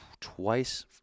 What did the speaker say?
twice